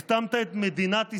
הכתמת את מדינת ישראל,